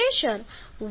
871 kPa જેટલું છે